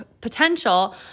potential